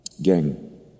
Gang